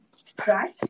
scratch